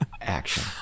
Action